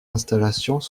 installations